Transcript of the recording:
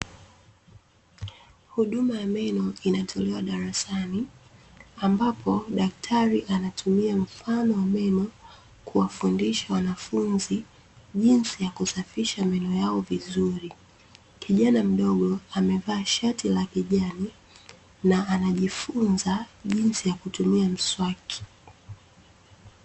Huduma ya meno inatolewa darasani, ambapo daktari anatumia mfano wa meno kuwafundisha wanafunzi jinsi ya kusafisha meno yao vizuri. Kijana mdogo amevaa shati la kijani, na anajifunza jinsi ya kutumia mswaki.